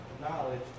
knowledge